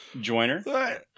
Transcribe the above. joiner